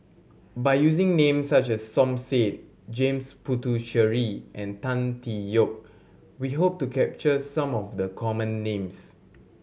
by using names such as Som Said James Puthucheary and Tan Tee Yoke we hope to capture some of the common names